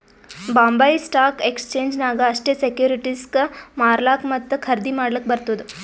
Bombay stock exchange ನಾಗ್ ಅಷ್ಟೇ ಸೆಕ್ಯೂರಿಟಿಸ್ಗ್ ಮಾರ್ಲಾಕ್ ಮತ್ತ ಖರ್ದಿ ಮಾಡ್ಲಕ್ ಬರ್ತುದ್